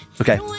okay